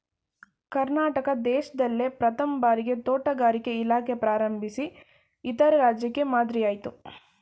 ಕರ್ನಾಟಕ ದೇಶ್ದಲ್ಲೇ ಪ್ರಥಮ್ ಭಾರಿಗೆ ತೋಟಗಾರಿಕೆ ಇಲಾಖೆ ಪ್ರಾರಂಭಿಸಿ ಇತರೆ ರಾಜ್ಯಕ್ಕೆ ಮಾದ್ರಿಯಾಯ್ತು